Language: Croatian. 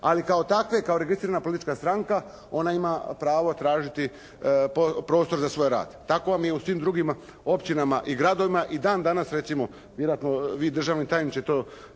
ali kao takve, kao registrirana politička stranka ona ima pravo tražiti prostor za svoj rad. Tako vam je i u svim drugim općinama i gradovima i dan danas, vjerojatno vi državni tajniče to